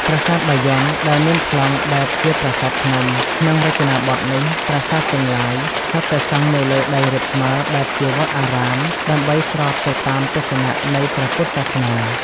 ប្រាសាទបាយ័ន ដែលមានប្លង់បែបជាប្រាសាទភ្នំ ក្នុងរចនាបថនេះ ប្រាសាទទាំងឡាយ សុទ្ធតែសង់នៅលើដីរាបស្មើបែបជាវត្តអារាម ដើម្បីស្របទៅតាមទស្សនៈ នៃព្រះពុទ្ធសាសនា ។